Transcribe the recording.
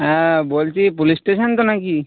হ্যাঁ বলছি police station তো নাকি